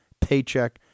Paycheck